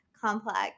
complex